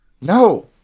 No